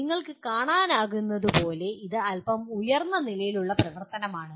നിങ്ങൾക്ക് കാണാനാകുന്നതുപോലെ ഇത് അൽപ്പം ഉയർന്ന നിലയിലുള്ള പ്രവർത്തനമാണ്